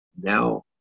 now